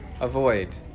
avoid